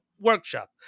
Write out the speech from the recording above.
workshop